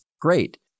Great